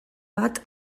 bat